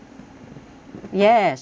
yes yes